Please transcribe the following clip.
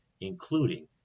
including